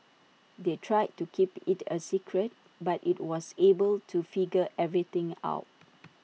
they tried to keep IT A secret but he was able to figure everything out